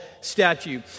statue